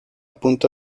punto